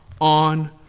on